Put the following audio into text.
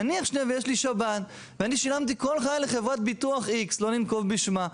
נניח ויש לי שב"ן ואני שלמתי כל חיי לחברת ביטוח X לא ננקוב בשמה,